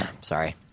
Sorry